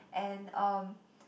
and um